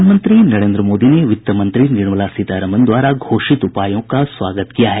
प्रधानमंत्री नरेन्द्र मोदी ने वित्त मंत्री निर्मला सीतारामन द्वारा घोषित उपायों का स्वागत किया है